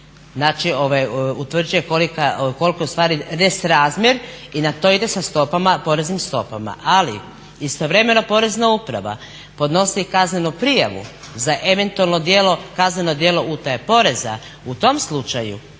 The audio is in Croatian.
znači utvrđuje koliko je ustvari nesrazmjer i na to ide sa stopama, poreznim stopama. Ali istovremeno Porezna uprava podnosi kaznenu prijavu za eventualno kazneno djelo utaje poreza. U tom slučaju